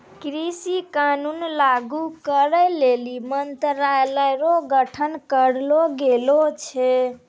कृषि कानून लागू करै लेली मंत्रालय रो गठन करलो गेलो छै